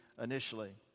initially